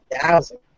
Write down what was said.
thousand